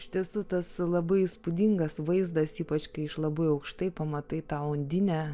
iš tiesų tas labai įspūdingas vaizdas ypač kai iš labai aukštai pamatai tą undinę